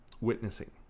witnessing